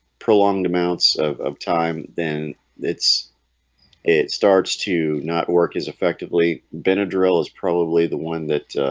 prolonged amounts of of time then it's it starts to not work as effectively benadryl is probably the one that